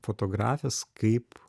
fotografės kaip